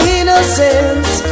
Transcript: innocence